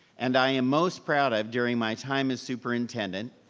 and i am most proud of during my time as superintendent,